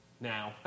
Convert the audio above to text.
Now